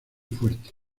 fuerte